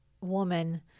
woman